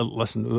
listen